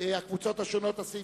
לסעיף 139(8)